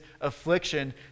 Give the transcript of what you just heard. affliction